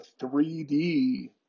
3D